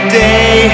day